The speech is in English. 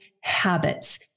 habits